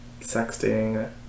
sexting